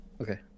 Okay